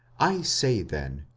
i say then,